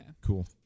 Cool